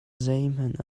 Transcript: zeihmanh